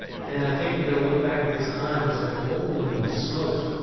and i think we're going to look back at this time and say, holy smokes,